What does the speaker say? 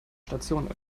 station